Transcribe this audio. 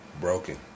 broken